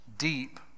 Deep